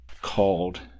called